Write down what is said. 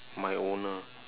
my owner